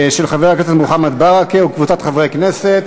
של חבר הכנסת מוחמד ברכה וקבוצת חברי כנסת.